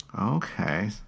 Okay